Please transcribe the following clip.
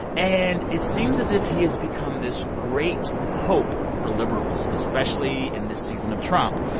and it seems as if he has become this great hope for liberals, especially in this season of trump.